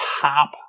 top